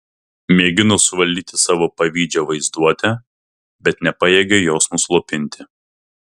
mėgino suvaldyti savo pavydžią vaizduotę bet nepajėgė jos nuslopinti